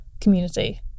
community